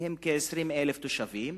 והם כ-20,000 תושבים,